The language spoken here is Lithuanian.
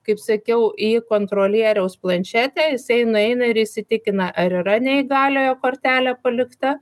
kaip sakiau į kontrolieriaus planšetę jisai nueina ir įsitikina ar yra neįgaliojo kortelė palikta